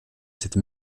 cette